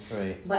right